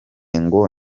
ngo